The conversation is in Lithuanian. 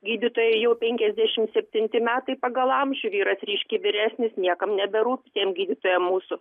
gydytojai jau penkiasdešimt septyni metai pagal amžių vyras reiškia vyresnis niekam neberūpi tiem gydytojam mūsų